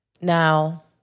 Now